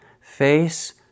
face